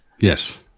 yes